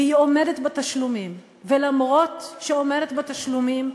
והיא עומדת בתשלומים, ואף שעומדת בתשלומים,